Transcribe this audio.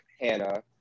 Hannah